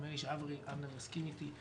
נדמה לי שאבנר יסכים אתי.